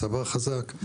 הצבא חזק,